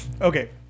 okay